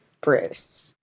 Bruce